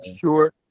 sure